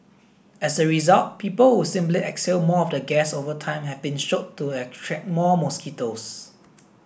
as a result people who simply exhale more of the gas over time have been shown to attract more mosquitoes